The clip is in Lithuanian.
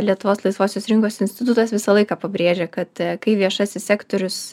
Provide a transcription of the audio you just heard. lietuvos laisvosios rinkos institutas visą laiką pabrėžė kad a kai viešasis sektorius